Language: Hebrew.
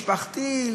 משפחתי,